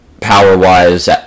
power-wise